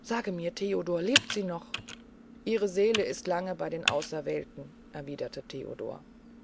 sage mir theodor lebt sie noch ihre seele ist lange bey den auserwählten erwiederte theodor